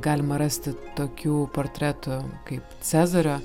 galima rasti tokių portretų kaip cezario